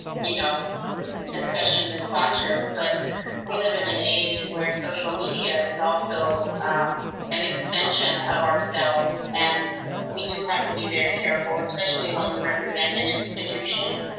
you know discussions in classrooms, but we live in an age where social media is also an extension of ourselves and we do have to be very careful, especially when we represent an institution.